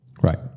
Right